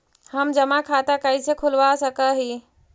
हम जमा खाता कैसे खुलवा सक ही?